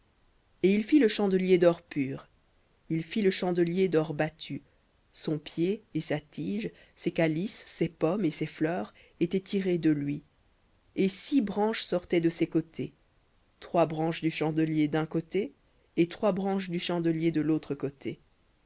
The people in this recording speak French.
et il fit le chandelier d'or pur il fit le chandelier battu son pied et sa tige ses calices ses pommes et ses fleurs étaient de lui et six branches sortaient de ses côtés trois branches du chandelier d'un côté et trois branches du chandelier de l'autre côté